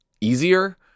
easier